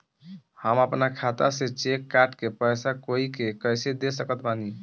हम अपना खाता से चेक काट के पैसा कोई के कैसे दे सकत बानी?